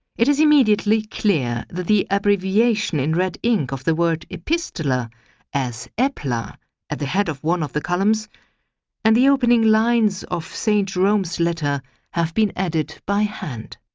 it is immediately clear that the abbreviation in red ink of the word epistula as epla at the head of one of the columns and the opening lines of st. jerome's letter have been added by hand